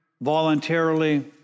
voluntarily